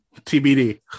TBD